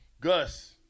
Gus